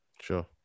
sure